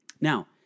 Now